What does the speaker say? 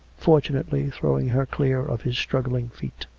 fortunately throw ing her clear of his struggling feet.